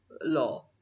law